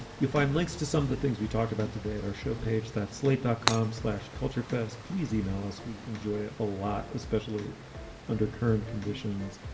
you'll find links to some of the things we talked about today at our show page, that slate dot com slash culture fest. please e-mail us. we enjoy it a lot, especially under current conditions.